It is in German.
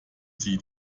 sie